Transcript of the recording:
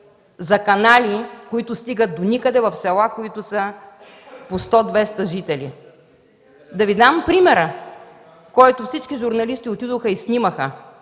за канали, които стигат до никъде в села от 100-200 жители. Да Ви дам примера, който всички журналисти отидоха и снимаха.